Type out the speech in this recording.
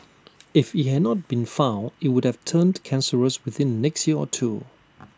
if IT had not been found IT would have turned cancerous within the next year or two